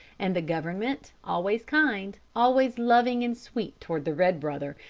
and the government, always kind, always loving and sweet toward the red brother,